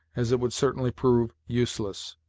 as it would certainly prove useless.